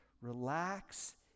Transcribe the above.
Relax